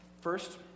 first